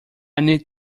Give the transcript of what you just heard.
need